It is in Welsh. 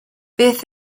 beth